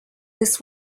this